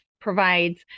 provides